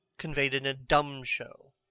conveyed in dumb show.